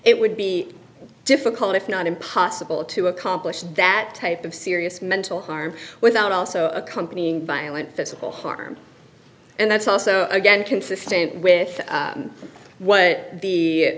it would be difficult if not impossible to accomplish that type of serious mental harm without also accompanying violent physical harm and that's also again consistent with what the